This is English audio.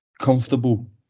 Comfortable